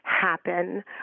happen